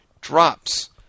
drops